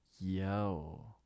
yo